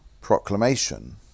proclamation